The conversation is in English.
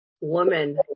woman